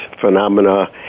phenomena